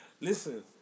Listen